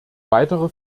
weitere